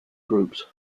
groups